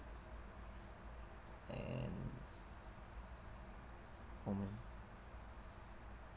damn oh man